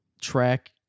Track